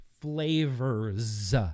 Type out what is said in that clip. flavors